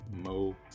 Mo